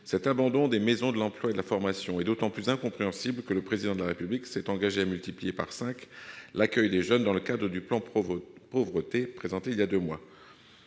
Cet abandon des maisons de l'emploi et de la formation est d'autant plus incompréhensible que le Président de la République s'est engagé à multiplier par cinq l'accueil des jeunes dans le cadre du plan Pauvreté présenté voilà deux mois.